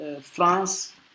France